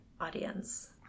audience